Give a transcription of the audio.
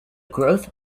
growth